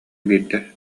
биирдэ